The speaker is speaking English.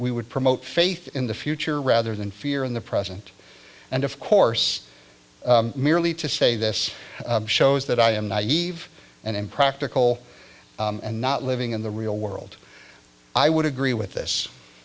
we would promote faith in the future rather than fear in the present and of course merely to say this shows that i am naive and impractical and not living in the real world i would agree with